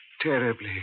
Terribly